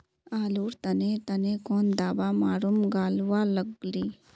आलूर तने तने कौन दावा मारूम गालुवा लगली?